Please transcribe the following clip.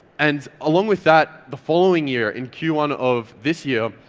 and along with that the following year in q one of this year,